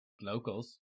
locals